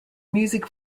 music